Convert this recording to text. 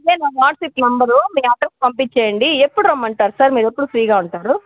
ఇదే నా WhatsApp number మీ అడ్రెస్ పంపించేయండి ఎప్పుడు రమ్మంటారు సార్ మీరు ఎప్పుడు ఫ్రీగా ఉంటారు